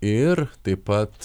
ir taip pat